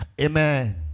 Amen